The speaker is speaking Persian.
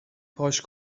پاش